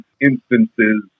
Instances